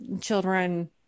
children